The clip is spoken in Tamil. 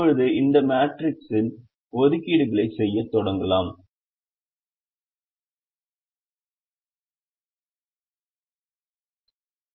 இப்போது இந்த மேட்ரிக்ஸில் ஒதுக்கீடு களைச் செய்யத் தொடங்கலாம் அதைச் செய்யத் தொடங்குவோம்